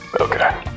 okay